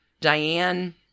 Diane